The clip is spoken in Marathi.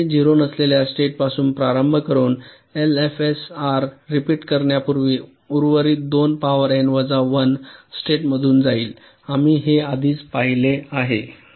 कोणत्याही 0 नसलेल्या स्टेटपासून प्रारंभ करून एलएफएसआर रिपीट करण्यापूर्वी उर्वरित 2 पॉवर एन वजा 1 स्टेटमधून जाईल आम्ही हे आधीच पाहिले आहे